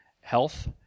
health